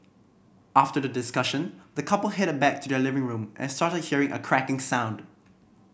after the discussion the couple headed back to their living room and started hearing a cracking sound